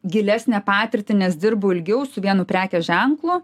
gilesnę patirtį nes dirbu ilgiau su vienu prekės ženklu